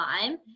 time